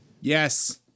Yes